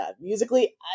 musically